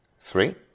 Three